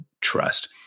trust